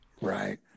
Right